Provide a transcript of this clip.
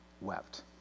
wept